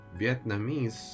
Vietnamese